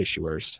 issuers